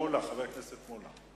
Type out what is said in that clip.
חבר הכנסת מולה.